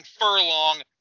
Furlong